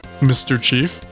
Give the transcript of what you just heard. MrChief